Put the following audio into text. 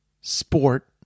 sport